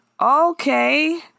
Okay